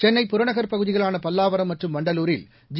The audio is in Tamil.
சென்னை புறநகர்ப் பகுதிகளான பல்லாவரம் மற்றும் வண்டலூரில் ஜி